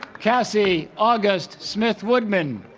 kasie august smith-woodman